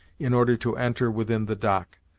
in order to enter within the dock.